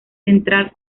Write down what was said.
central